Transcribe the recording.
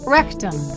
Rectum